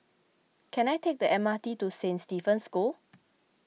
can I take the M R T to Saint Stephen's School